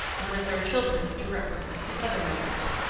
one of their children to represent the other members.